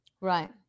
right